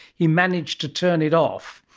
he managed to turn it off.